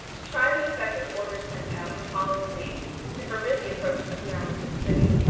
to try the effect of orders sent out in ptolemy's name to forbid the approach of the army to the city.